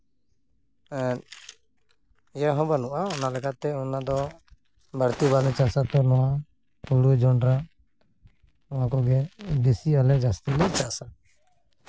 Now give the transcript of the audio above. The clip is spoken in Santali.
ᱤᱭᱟᱹ ᱦᱚᱸ ᱵᱟᱹᱱᱩᱜᱼᱟ ᱚᱱᱟ ᱞᱮᱠᱟᱛᱮ ᱚᱱᱟᱫᱚ ᱵᱟᱹᱲᱛᱤ ᱵᱟᱞᱮ ᱪᱟᱥᱼᱟ ᱛᱚ ᱱᱚᱣᱟ ᱦᱳᱲᱳ ᱡᱚᱱᱰᱨᱟ ᱱᱚᱣᱟ ᱠᱚᱜᱮ ᱵᱮᱥᱤ ᱟᱞᱮ ᱡᱟᱹᱥᱛᱤ ᱞᱮ ᱪᱟᱥᱼᱟ